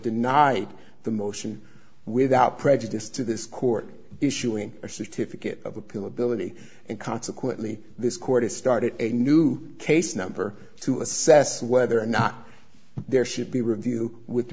denied the motion without prejudice to this court issuing a certificate of appeal ability and consequently this court has started a new case number to assess whether or not there should be review with